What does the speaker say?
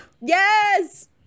Yes